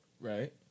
Right